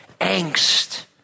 angst